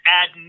add